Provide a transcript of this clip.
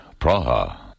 Praha